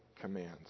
commands